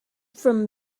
from